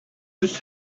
his